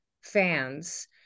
fans